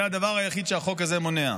זה הדבר היחיד שהחוק הזה מונע: